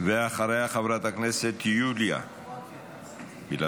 אחריה, חברת הכנסת יוליה מלינובסקי.